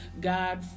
God